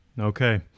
Okay